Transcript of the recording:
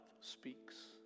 speaks